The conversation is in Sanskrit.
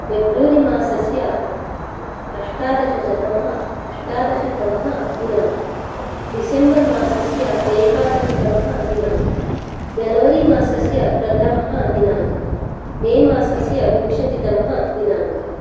फेब्रुरी मासस्य अष्टादशतमः अष्टादशतमः दिनाङ्कः डिसेम्बर् मासस्य एकादशतमः दिनाङ्कः जेनवरी मासस्य प्रथमः दिनाङ्कः मे मासस्य विंशतितमः दिनाङ्कः